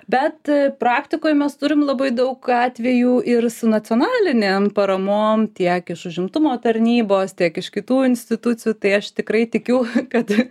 bet praktikoj mes turime labai daug atvejų ir su nacionalinėm paramom tiek iš užimtumo tarnybos tiek iš kitų institucijų tai aš tikrai tikiu kad